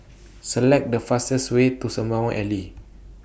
Select The fastest Way to Sembawang Alley